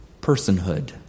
Personhood